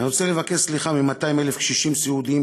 אני רוצה לבקש סליחה מ-200,000 קשישים סיעודיים,